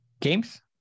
Games